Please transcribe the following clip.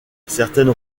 certaines